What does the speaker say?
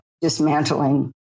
dismantling